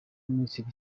minisitiri